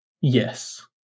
Yes